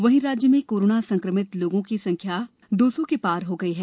वहींराज्य में कोरोना संक्रमित लोगों की संख्या दो सौ के पार हो गई है